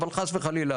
אבל חס וחלילה,